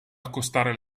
accostare